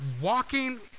walking